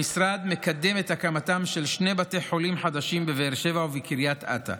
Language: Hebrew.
המשרד מקדם את הקמתם של שני בתי חולים חדשים בבאר שבע ובקריית אתא.